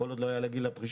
כל עוד לא יעלה גיל הפרישה